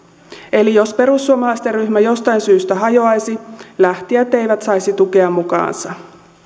eli jos perussuomalaisten ryhmä jostain syystä hajoaisi lähtijät eivät saisi tukea mukaansa